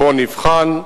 בואו נבחן.